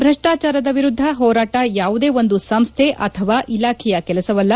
ಭ್ರಷ್ಲಾಚಾರದ ವಿರುದ್ಲ ಹೋರಾಟ ಯಾವುದೇ ಒಂದು ಸಂಸ್ಲೆ ಅಥವಾ ಇಲಾಖೆಯ ಕೆಲಸವಲ್ಲ